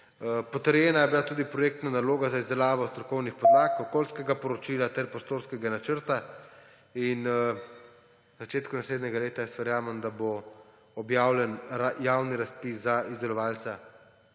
Potrjena je bila tudi projektna naloga za izdelavo strokovnih podlag okoljskega poročila ter prostorskega načrta. In v začetku naslednjega leta verjamem, da bo objavljen javni razpis za izdelovalca